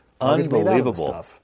Unbelievable